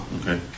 Okay